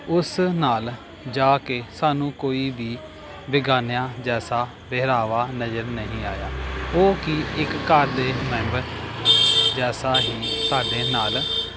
ਉਸ ਨਾਲ ਜਾ ਕੇ ਸਾਨੂੰ ਕੋਈ ਵੀ ਬੇਗਾਨਿਆ ਜੈਸਾ ਵਹਿਰਾਵਾ ਨਜ਼ਰ ਨਹੀਂ ਆਇਆ ਉਹ ਕਿ ਇੱਕ ਘਰ ਦੇ ਮੈਂਬਰ ਜੈਸਾਂ ਹੀ ਸਾਡੇ ਨਾਲ